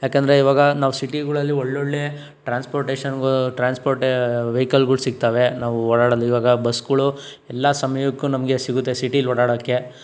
ಯಾಕೆಂದರೆ ಇವಾಗ ನಾವು ಸಿಟಿಗಳಲ್ಲಿ ಒಳ್ಳೊಳ್ಳೆ ಟ್ರಾನ್ಸ್ಪೋರ್ಟೇಶನ್ಗೆ ಟ್ರಾನ್ಸ್ಪೋರ್ಟ್ ವೆಹಿಕಲ್ಗಳು ಸಿಗ್ತಾವೆ ನಾವು ಓಡಾಡೋದು ಇವಾಗ ಬಸ್ಗಳು ಎಲ್ಲ ಸಮಯಕ್ಕೂ ನಮಗೆ ಸಿಗುತ್ತೆ ಸಿಟೀಲಿ ಓಡಾಡೋಕ್ಕೆ